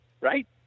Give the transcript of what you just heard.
right